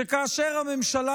שכאשר הממשלה